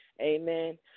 Amen